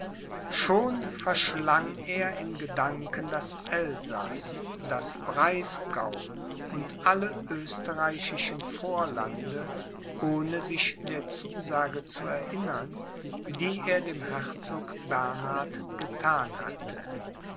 schon verschlang er in gedanken das elsaß das breisgau und alle österreichischen vorlande ohne sich der zusage zu erinnern die er dem herzog bernhard gethan hatte